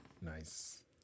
Nice